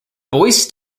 boyce